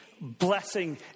blessing